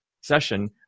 session